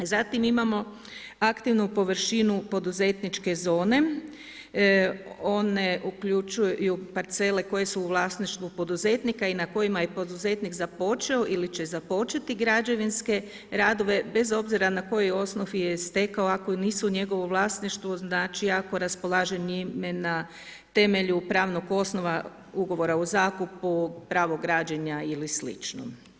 Zatim imamo aktivnu površinu poduzetničke zone, one uključuju parcele koje su vlasništvu poduzetnika i na kojima je poduzetnik započeo ili će započeti građevinske radove, bez obzira na kojoj osnovi je stekao ako nisu njegovo vlasništvo, ako raspolaže njime na temelju pravnog osnova ugovora o zakupu, pravo građenja i slično.